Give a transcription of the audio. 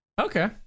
Okay